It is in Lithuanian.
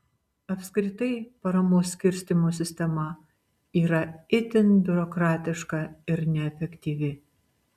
apskritai paramos skirstymo sistema yra itin biurokratiška ir neefektyvi